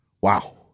Wow